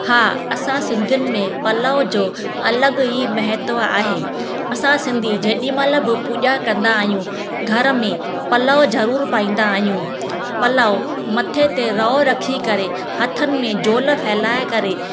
हा असां सिंधियुनि में पलउ जो अलॻि ई महत्व आहे असां सिंधी जेॾीमहिल बि पूॼा कंदा आहियूं घर में पलउ ज़रूरु पाईंदा आहियूं पलउ मथे ते रओ रखी करे हथनि में झोल फैलाए करे